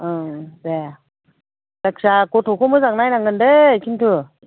औ दे आथसा गथ'खौ मोजाङै नायनांगोन दे खिन्थु